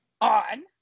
on